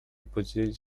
podzielić